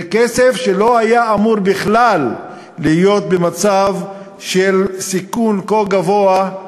זה כסף שלא היה אמור בכלל להיות במצב של סיכון כה גבוה,